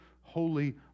holy